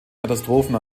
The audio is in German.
katastrophen